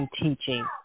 teaching